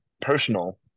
Personal